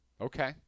Okay